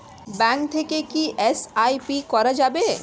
Bank থেকে কী SIP করা যাবে?